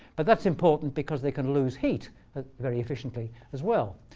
but that's important, because they can lose heat very efficiently as well.